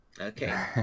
Okay